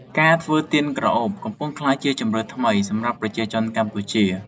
ការធ្វើទៀនក្រអូប កំពុងក្លាយជាជម្រើសថ្មីដ៏ពេញនិយមសម្រាប់ប្រជាជនកម្ពុជា។